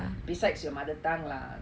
besides your mother tongue lah